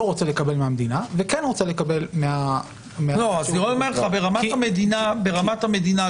רוצה לקבל מהמדינה וכן רוצה לקבל- -- לירון אומר: ברמת המדינה לא